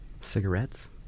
Cigarettes